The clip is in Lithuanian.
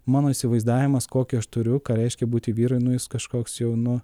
mano įsivaizdavimas kokį aš turiu ką reiškia būti vyrui nu jis kažkoks jau nu